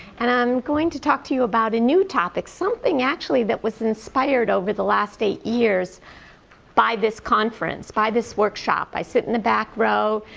and i'm going to talk to you about a new topic, something actually that was inspired over the last eight years by this conference, by this workshop. i sit in the back row.